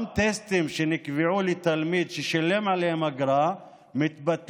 גם טסטים שנקבעו לתלמיד והוא שילם עליהם אגרה מתבטלים.